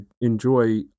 enjoy